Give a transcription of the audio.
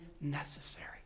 necessary